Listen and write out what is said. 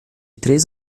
três